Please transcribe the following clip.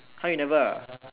!huh! you never ah